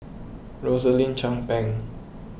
Rosaline Chan Pang